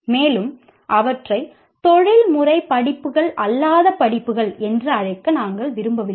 மேலும் அவற்றை தொழில்முறை அல்லாத படிப்புகள் என்று அழைக்க நாங்கள் விரும்பவில்லை